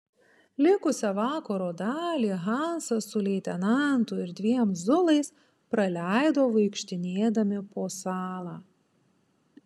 likusią vakaro dalį hansas su leitenantu ir dviem zulais praleido vaikštinėdami po salą